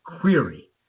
query